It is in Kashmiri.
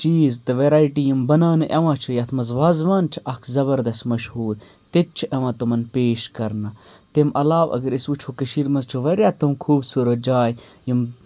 چیٖز تہٕ ویرایٹی یِم بَناونہٕ یِوان چھِ یَتھ منٛز وازوان چھِ اَکھ زَبَردَس مشہوٗر تتہِ چھِ یِوان تِمَن پیش کَرنہٕ تٔمۍ عَلاوٕ اَگَر أسۍ وٕچھو کٔشیٖر مَنٛز چھِ واریاہ تِم خوٗبصوٗرت جاے یِم